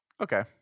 Okay